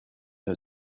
her